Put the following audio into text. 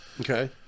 Okay